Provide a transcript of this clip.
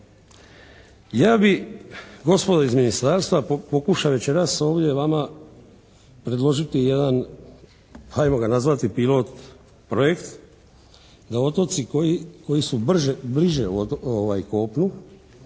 Ja bih gospodo iz ministarstva pokušao večeras ovdje vama predložiti jedan ajmo ga nazvati pilot projekt da otoci koji su bliže kopnu